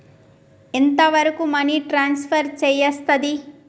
ఎంత వరకు money transfer చేయస్తది?